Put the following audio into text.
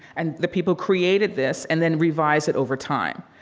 and the people created this and then revised it over time.